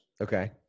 Okay